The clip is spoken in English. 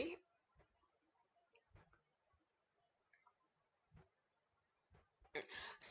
mm